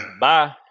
bye